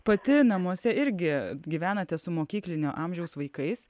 pati namuose irgi gyvenate su mokyklinio amžiaus vaikais